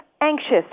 anxious